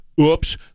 oops